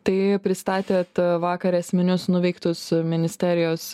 tai pristatėt vakar esminius nuveiktus ministerijos